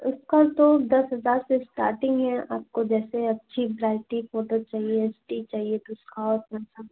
उसका तो दस हजार से स्टाटिंग है आपको जैसे अच्छी वेराइटी फोटो चाहिए एच डी चाहिए तो उसका और पैसा